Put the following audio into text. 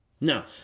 Now